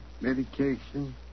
medication